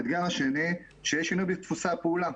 האתגר השני הוא שיש שינוי בדפוסי הפעולה.